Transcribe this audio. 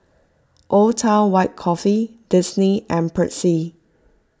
Old Town White Coffee Disney and Persil